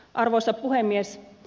arvoisa puhemies